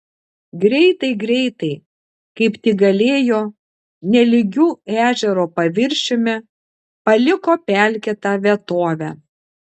greitai greitai kaip tik galėjo nelygiu ežero paviršiumi paliko pelkėtą vietovę